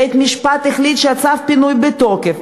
בית-משפט החליט שצו הפינוי בתוקף,